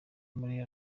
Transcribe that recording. muri